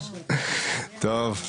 טוב.